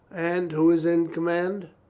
and who is in command?